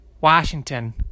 Washington